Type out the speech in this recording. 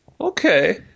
Okay